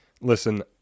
Listen